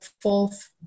fourth